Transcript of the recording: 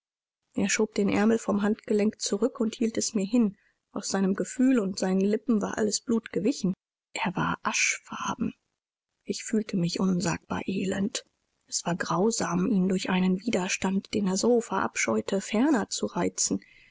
er schob den ärmel vom handgelenk zurück und hielt es mir hin aus seinem gefühl und seinen lippen war alles blut gewichen er war aschfarben ich fühlte mich unsagbar elend es war grausam ihn durch einen widerstand den er so verabscheute ferner zu reizen